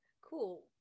Cool